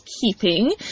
keeping